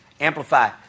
Amplify